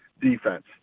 defense